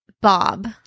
Bob